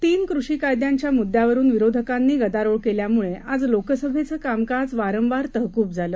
तीनकृषीकायद्यांच्यामुद्द्यावरूनविरोधकांनीगदारोळकेल्यामुळेआजलोकसभेचका मकाजवारंवारतहकूबझालं